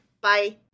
bye